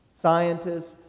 Scientists